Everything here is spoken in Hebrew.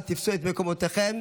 אנא תפסו את מקומותיכם.